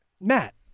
Matt